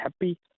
happy